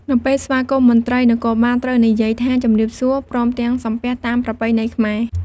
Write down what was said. នៅពេលស្វាគមន៍មន្ត្រីនគរបាល ត្រូវនិយាយថា "ជម្រាបសួរ" ព្រមទាំងសំពះតាមប្រពៃណីខ្មែរ។